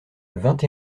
vingt